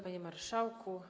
Panie Marszałku!